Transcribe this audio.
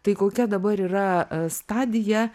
tai kokia dabar yra stadija